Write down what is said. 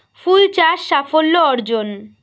ফুল চাষ সাফল্য অর্জন?